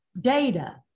data